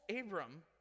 abram